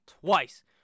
twice